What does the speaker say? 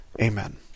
amen